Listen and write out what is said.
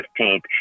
15th